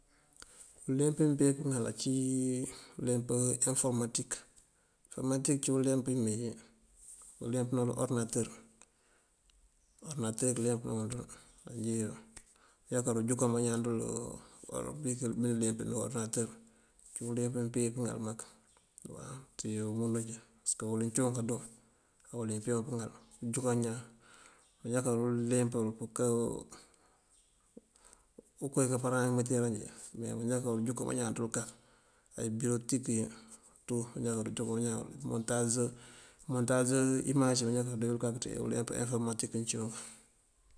Ulemp uwí umpee pëŋal acíi ulemp eeforëmaatik. Eeforëmaatik ací ulemp uwíimee këëlempëná dí orënatër, orënatër ulempumëënţun an injí yëlun. Anjoo kárujúnkan bañaan dul, biinu lempí dí orënatër. Cíiwun ulemp uwí peem pëŋal mak waw, ţii umundiinjí, parësëk uwël uwí cinwun kaandoo. Awul uwí peem pëŋal, kaanjúnk iñaan. Maanjákar uleempërël úunkáa kowí kaapara umiinteera injí. Meenjá koonjúnk bañaan ţël kak ayi eeburotik iyi tu mëënjá koonjúnk bañaan ngul, montase montase imáage. Maanjá kaando ţí ulemp eeforëmatik wi cíiwunk.